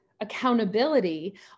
accountability